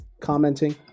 commenting